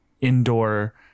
indoor